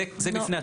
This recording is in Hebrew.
זה בפני עצמו.